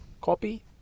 Copy